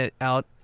out